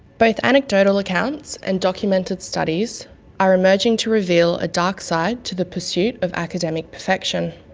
both anecdotal accounts and documented studies are emerging to reveal a dark side to the pursuit of academic perfection.